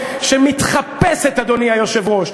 אנחנו בנינו את המדינה, אתם הורסים את המדינה.